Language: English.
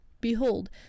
behold